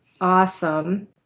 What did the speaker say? Awesome